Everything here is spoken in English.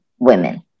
women